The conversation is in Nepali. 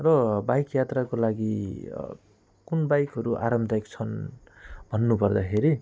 र बाइक यात्राको लागि कुन बाइकहरू आरामदायक छन् भन्नुपर्दाखेरि